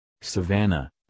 savannah